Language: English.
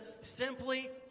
simply